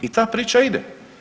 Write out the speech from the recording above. I ta priča ide.